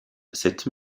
cette